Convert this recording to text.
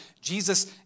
Jesus